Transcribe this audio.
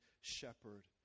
shepherd